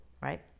right